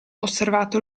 osservato